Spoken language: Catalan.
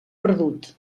perdut